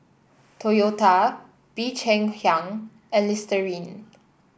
Toyota Bee Cheng Hiang and Listerine